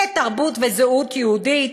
לתרבות וזהות יהודית.